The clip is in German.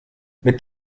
mit